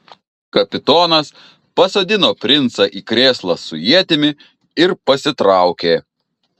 kapitonas pasodino princą į krėslą su ietimi ir pasitraukė